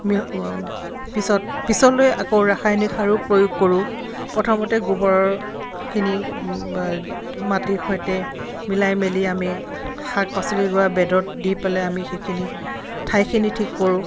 মি পিছত পিছলৈ আকৌ ৰাসায়নিক সাৰো প্ৰয়োগ কৰোঁ প্ৰথমতে গোবৰৰ খিনি মাটিৰ সৈতে মিলাই মিলি আমি শাক পাচলি ৰোৱা বেডত দি পেলাই আমি সেইখিনি ঠাইখিনি ঠিক কৰোঁ